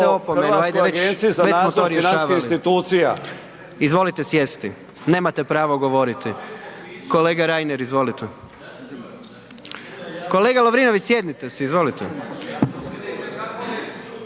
Hrvatskoj agenciji za nadzor financijskih institucija. **Jandroković, Gordan (HDZ)** Izvolite sjesti, nemate pravo govoriti. Kolega Reiner, izvolite. Kolega Lovrinović sjednite se. Izvolite.